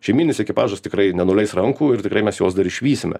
šeimyninis ekipažas tikrai nenuleis rankų ir tikrai mes juos dar išvysime